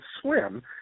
swim